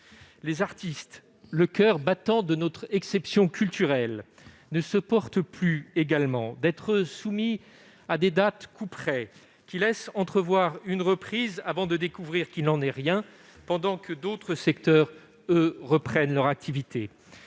Les artistes, coeur battant de notre exception culturelle, ne supportent plus d'être soumis à des dates couperets qui laissent entrevoir une reprise, avant de découvrir qu'il n'en est rien, pendant que d'autres secteurs reprennent leurs activités.